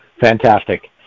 Fantastic